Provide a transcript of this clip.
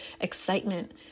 excitement